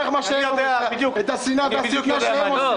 את השנאה והשטנה שהם עושים